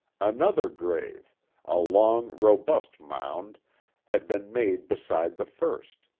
another grave a long, robust mound had been made beside the first,